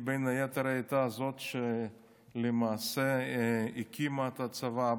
שהיא בין היתר הייתה זאת שלמעשה הקימה את הצבא,